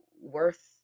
worth